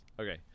Okay